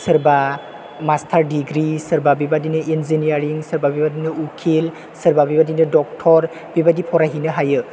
सोरबा master degree सोरबा बेबायदिनो इन्जिनियारिं बेबायदिनो उकिल सोरबा बेबायदिनो डक्टर बेबायदि फरायहैनो हायो